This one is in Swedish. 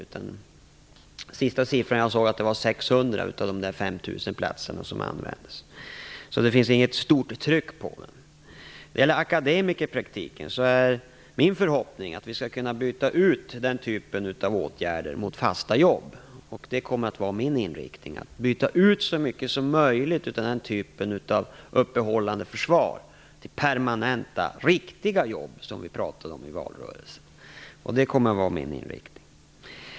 Den sista siffran jag såg visade att ungefär 600 av 5 000 platser används. Det finns alltså inget stort tryck på dem. När det gäller akademikerpraktiken är det min förhoppning att vi skall kunna byta ut den typen av åtgärder mot fasta jobb. Det kommer att vara min inriktning att byta ut så mycket som möjligt av typen "uppehållande försvar" mot permanenta "riktiga" jobb som vi talade om i valrörelsen.